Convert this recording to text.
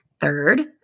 Third